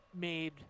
made